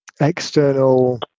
external